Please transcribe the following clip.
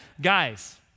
Guys